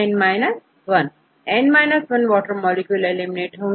छात्रN 1 N 1वॉटर molecule eliminate होंगे